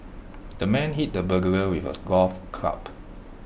the man hit the burglar with A golf club